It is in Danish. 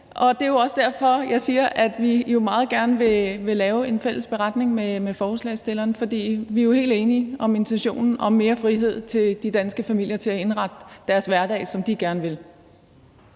og det er også derfor, jeg siger, at vi meget gerne vil lave en fælles beretning med forslagsstillerne. For vi er jo helt enige om intentionen om mere frihed til de danske familier til at indrette deres hverdag, som de gerne vil